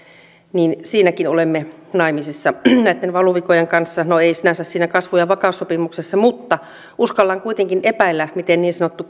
siinäkin olemme naimisissa näitten valuvikojen kanssa no emme sinänsä siinä kasvu ja vakaussopimuksessa mutta uskallan kuitenkin epäillä miten niin sanottu